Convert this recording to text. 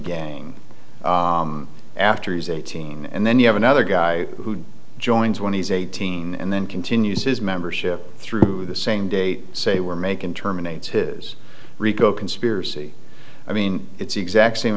gang after he's eighteen and then you have another guy who joins when he's eighteen and then continues his membership through the same date say we're making terminate his rico conspiracy i mean it's the exact same